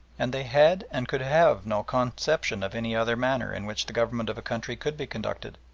and they had and could have no conception of any other manner in which the government of a country could be conducted.